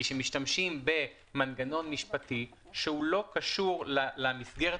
שמשתמשים במנגנון משפטי שלא קשור למסגרת